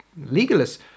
legalists